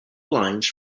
lines